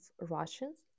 Russians